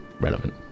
relevant